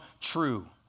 true